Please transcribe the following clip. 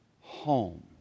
home